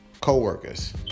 coworkers